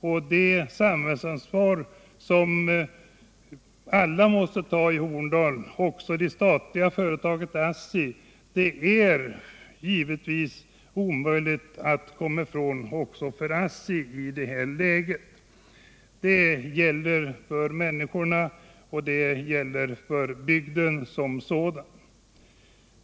Alla måste ta sitt samhällsansvar i Horndal — också det statliga företaget ASSI. Det är givetvis omöjligt för ASSI att komma ifrån sitt samhällsansvar i det här läget, då det gäller människorna och bygden som sådan.